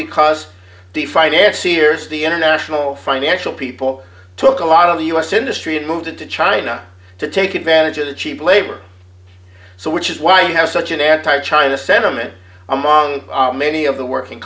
because the financier's the international financial people took a lot of the u s industry and moved it to china to take advantage of the cheap labor so which is why you have such an anti china sentiment among many of the working